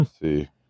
see